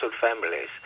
families